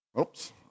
Oops